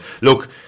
look